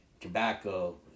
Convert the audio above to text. tobacco